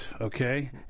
Okay